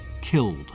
killed